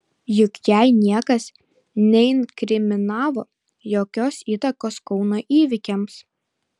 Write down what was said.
juk jai niekas neinkriminavo jokios įtakos kauno įvykiams